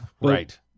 Right